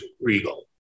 Regal